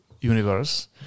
universe